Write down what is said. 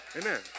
Amen